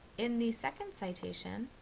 in the second citation,